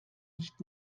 nicht